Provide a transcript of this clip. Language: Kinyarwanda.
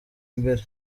imbere